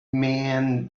man